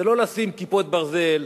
זה לא לשים "כיפות ברזל"